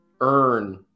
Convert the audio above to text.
earn